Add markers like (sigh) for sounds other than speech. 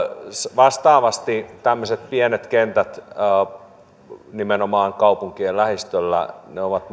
vastaavasti tämmöiset pienet kentät nimenomaan kaupunkien lähistöllä ovat (unintelligible)